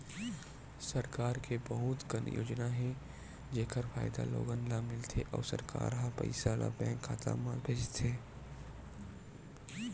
सरकार के बहुत कन योजना हे जेखर फायदा लोगन ल मिलथे अउ सरकार ह पइसा ल बेंक खाता म भेजथे